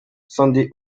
sandy